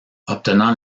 obtenant